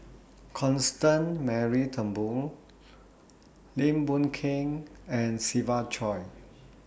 Constance Mary Turnbull Lim Boon Keng and Siva Choy